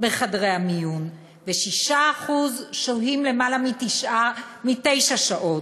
בחדרי המיון ו-6% שוהים יותר מתשע שעות.